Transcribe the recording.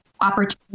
opportunity